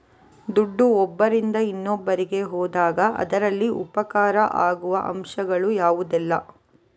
ದುಡ್ಡು ಒಬ್ಬರಿಂದ ಇನ್ನೊಬ್ಬರಿಗೆ ಹೋದಾಗ ಅದರಲ್ಲಿ ಉಪಕಾರ ಆಗುವ ಅಂಶಗಳು ಯಾವುದೆಲ್ಲ?